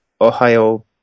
Ohio